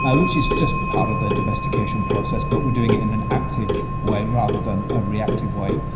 ah which is just part of the domestication process but we are doing it in an active way rather than a reactive way.